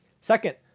Second